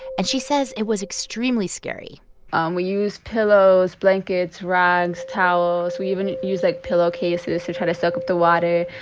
and she says it was extremely scary um we used pillows, blankets, rags, towels. we even used, like, pillowcases to try to soak up the water.